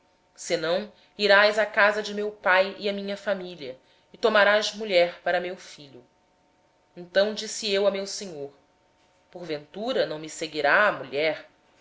terra habito irás porém à casa de meu pai e à minha parentela e tomarás mulher para meu filho então respondi ao meu senhor porventura não me seguirá a mulher